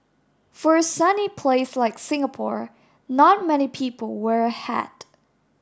for a sunny place like Singapore not many people wear a hat